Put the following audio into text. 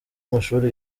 w’amashuri